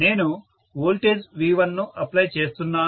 నేను వోల్టేజ్ V1ను అప్లై చేస్తున్నాను